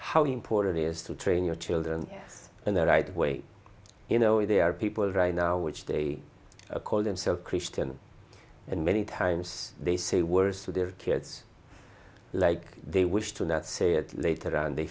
how important is to train your children and their i'd wait you know there are people right now which they call themselves christian and many times they say words to their kids like they wish to not say it later and they